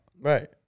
Right